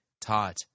taught